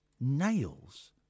nails